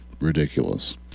ridiculous